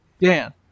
Dan